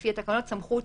לפי התקנות סמכות